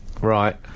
Right